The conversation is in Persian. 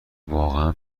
واقعا